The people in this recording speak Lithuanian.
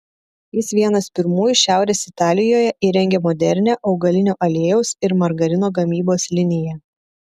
jis vienas pirmųjų šiaurės italijoje įrengė modernią augalinio aliejaus ir margarino gamybos liniją